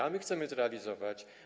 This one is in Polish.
A my chcemy zrealizować.